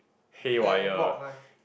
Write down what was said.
havoc lah